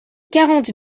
quarante